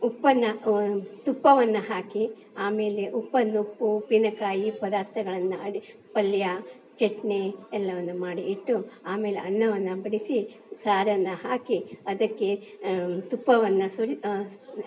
ಉಪ್ಪನ್ನು ತುಪ್ಪವನ್ನು ಹಾಕಿ ಆಮೇಲೆ ಉಪ್ಪನ್ನು ಉಪ್ಪು ಉಪ್ಪಿನಕಾಯಿ ಪದಾರ್ಥಗಳನ್ನಾಡಿ ಪಲ್ಯ ಚಟ್ನಿ ಎಲ್ಲವನ್ನೂ ಮಾಡಿ ಇಟ್ಟು ಆಮೇಲೆ ಅನ್ನವನ್ನು ಬಡಿಸಿ ಸಾರನ್ನು ಹಾಕಿ ಅದಕ್ಕೆ ತುಪ್ಪವನ್ನು ಸುರಿ